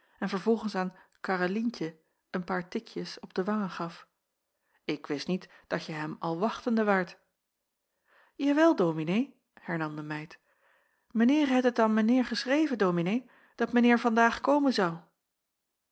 en vervolgens aan karrelientje een paar tikjes op de wangen gaf ik wist niet dat je hem al wachtende waart jawel dominee hernam de meid meneer het het a'n meneer geschreven dominee dat meneer vandaag komen zou